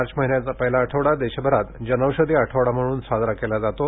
मार्च महिन्याचा पहिला आठवडा देशभरात जनौषधी आठवडा म्हणून साजरा केला जातो